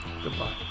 Goodbye